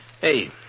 Hey